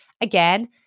Again